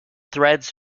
threads